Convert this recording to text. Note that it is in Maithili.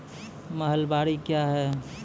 महलबाडी क्या हैं?